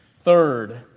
Third